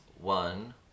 one